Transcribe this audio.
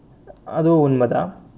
அதுவும் உன்மைதான்:athuvum unmaithaan